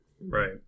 Right